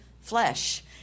flesh